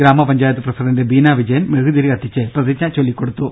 ഗ്രാമപഞ്ചായത്ത് പ്രസിഡന്റ് ബീന വിജയൻ മെഴുകുതിരി കത്തിച്ച് പ്രതിജ്ഞ ചൊല്ലിക്കൊടുത്തു